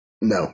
No